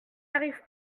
arrive